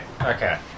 okay